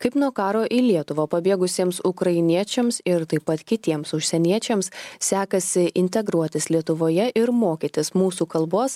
kaip nuo karo į lietuvą pabėgusiems ukrainiečiams ir taip pat kitiems užsieniečiams sekasi integruotis lietuvoje ir mokytis mūsų kalbos